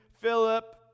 Philip